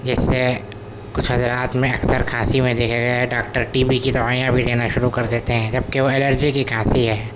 جس سے کچھ حضرات میں اکثر کھانسی میں دیکھا گیا ہے ڈاکٹر ٹی بی کی دوائیاں بھی دینا شروع کردیتے ہیں جبکہ وہ الرجی کی کھانسی ہے